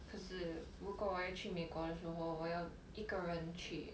就是如果我要去美国的时候我要一个人去